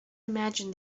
imagine